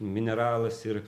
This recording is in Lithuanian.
mineralas ir